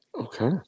Okay